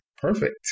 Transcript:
Perfect